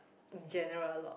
general a lot